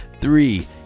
three